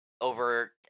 over